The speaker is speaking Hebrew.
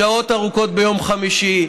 שעות ארוכות ביום חמישי,